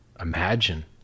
Imagine